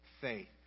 faith